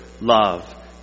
love